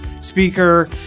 speaker